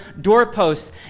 doorposts